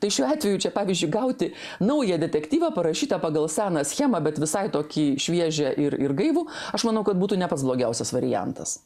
tai šiuo atveju čia pavyzdžiui gauti naują detektyvą parašytą pagal seną schemą bet visai tokį šviežią ir ir gaivų aš manau kad būtų ne pats blogiausias variantas